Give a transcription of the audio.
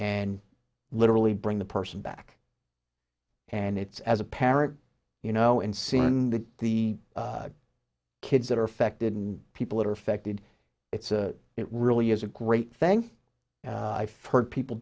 and literally bring the person back and it's as a parent you know and seeing the the kids that are affected and people that are affected it's it really is a great thing i've heard people